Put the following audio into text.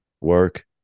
work